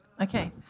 Okay